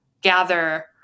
gather